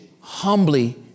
humbly